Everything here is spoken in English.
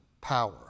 power